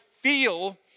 feel